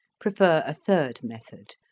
prefer a third method,